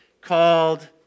Called